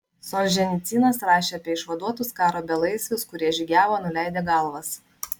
solženicynas rašė apie išvaduotus karo belaisvius kurie žygiavo nuleidę galvas